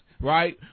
right